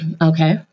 Okay